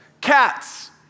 cats